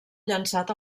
llençat